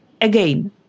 Again